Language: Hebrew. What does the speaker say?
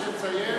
אין מתנגדים,